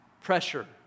Pressure